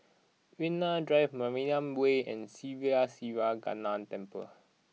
Yunnan Drive Mariam Way and Sri Siva Temple